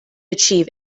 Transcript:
achieve